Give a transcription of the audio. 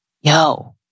yo